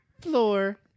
Floor